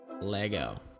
Lego